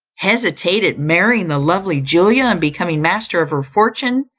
hesitate at marrying the lovely julia, and becoming master of her fortune,